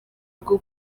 bwo